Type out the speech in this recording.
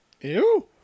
Ew